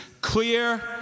clear